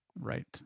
Right